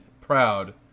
proud